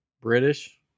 British